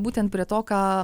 būtent prie to ką